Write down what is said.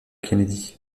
kennedy